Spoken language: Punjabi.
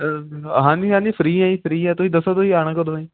ਅ ਹਾਂਜੀ ਹਾਂਜੀ ਫਰੀ ਹੈ ਜੀ ਫਰੀ ਹੈ ਤੁਸੀਂ ਦੱਸੋ ਤੁਸੀਂ ਆਉਣਾ ਕਦੋਂ ਹੈ ਜੀ